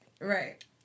Right